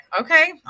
okay